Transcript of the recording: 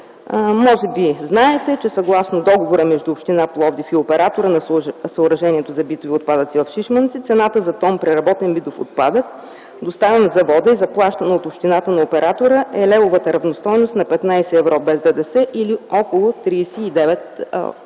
Може би знаете, че съгласно договора между община Пловдив и оператора на съоръжението за битови отпадъци в Шишманци цената за тон преработен битов отпадък, доставян в завода и заплащан от общината на оператора, е левовата равностойност на 15 евро без ДДС или около 35